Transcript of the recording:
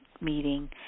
meeting